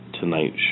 Tonight